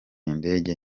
indege